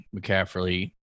McCaffrey